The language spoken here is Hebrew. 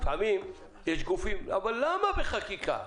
לפעמים יש גופים ששואלים: אבל למה בחקיקה?